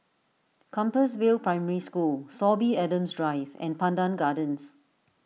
Compassvale Primary School Sorby Adams Drive and Pandan Gardens